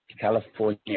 California